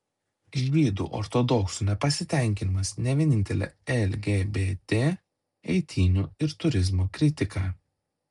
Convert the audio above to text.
žydų ortodoksų nepasitenkinimas ne vienintelė lgbt eitynių ir turizmo kritika